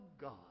God